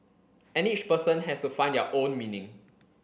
and each person has to find their own meaning